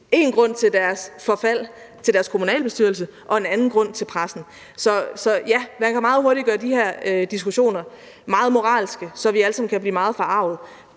én grund til deres forfald til deres kommunalbestyrelse og en anden grund til pressen. Så ja, man kan meget hurtigt gøre de her diskussioner meget moralske, så vi alle sammen kan blive meget forarget.